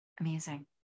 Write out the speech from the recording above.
Amazing